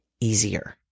easier